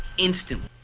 instantly.